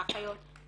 האחיות,